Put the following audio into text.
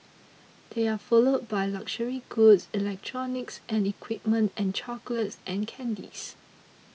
they are followed by luxury goods electronics and equipment and chocolates and candies